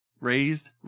raised